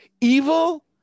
Evil